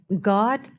God